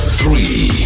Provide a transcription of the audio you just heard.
three